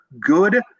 good